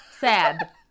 Sad